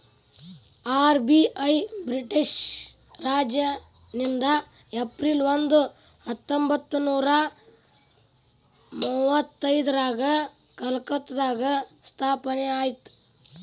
RBI British ರಾಜನಿಂದ April ಒಂದ ಹತ್ತೊಂಬತ್ತನೂರ ಮುವತ್ತೈದ್ರಾಗ ಕಲ್ಕತ್ತಾದಾಗ ಸ್ಥಾಪನೆ ಆಯ್ತ್